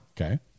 okay